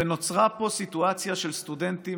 ונוצרה פה סיטואציה של סטודנטים